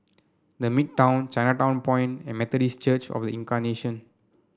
The Midtown Chinatown Point and Methodist Church Of The Incarnation